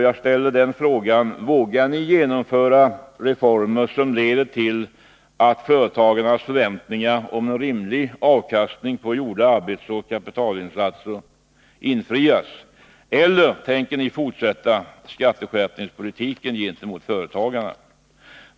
Jag ställer frågan: Vågar ni genomföra reformer som leder till att företagarnas förväntningar om en rimlig avkastning på gjorda arbetsoch kapitalinsatser infrias — eller tänker ni fortsätta skatteskärpningspolitiken gentemot företagarna?